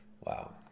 Wow